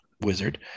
wizard